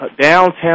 downtown